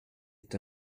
est